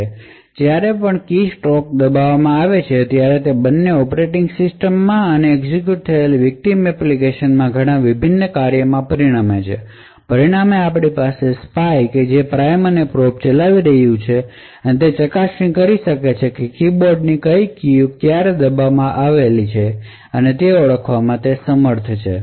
તેથી જ્યારે પણ કીસ્ટ્રોક દબાવવામાં આવે છે ત્યારે તે બંને ઑપરેટિંગ સિસ્ટમમાં અને એક્ઝેક્યુટ થયેલી વિકટીમ એપ્લિકેશનમાં ઘણાં વિભિન્ન કાર્યોમાં પરિણમે છે પરિણામે આપણી પાસે સ્પાય જે પ્રાઇમ અને પ્રોબચલાવી રહ્યું છે અને તે ચકાસણી કરી શકે છે કે તે કીબોર્ડની કીઓ ક્યારે દબાવવામાં આવેલ તે ઓળખવામાં સમર્થ હશે